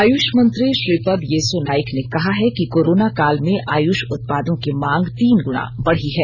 आयुष मंत्री श्रीपद येसो नाइक ने कहा है कि कोरोना काल में आयुष उत्पादों की मांग तीन गुना बढ़ी है